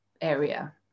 area